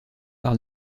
par